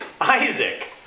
Isaac